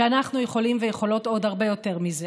שאנחנו יכולים ויכולות עוד הרבה יותר מזה.